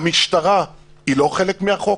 המשטרה היא לא חלק מהחוק?